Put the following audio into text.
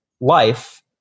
life